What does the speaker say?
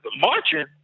marching